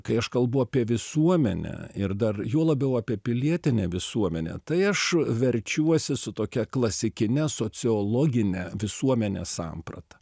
kai aš kalbu apie visuomenę ir dar juo labiau apie pilietinę visuomenę tai aš verčiuosi su tokia klasikine sociologine visuomenės samprata